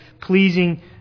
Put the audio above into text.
pleasing